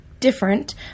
different